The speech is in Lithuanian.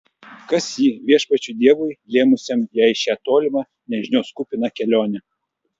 kas ji viešpačiui dievui lėmusiam jai šią tolimą nežinios kupiną kelionę